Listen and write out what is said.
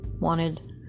wanted